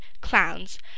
clowns